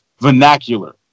vernacular